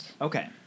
Okay